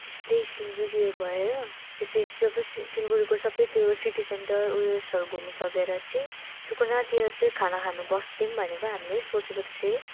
त्यस्तै सिलगढी भएर त्यसपछि सबै सिलगढीको सबै त्यो सिटी सेन्टर उयोसहरू घुमिसकेर चाहिँ सुकनातिर चाहिँ खाना खान बसिदिउँ भनेको हामीले सोचेको त्यसरी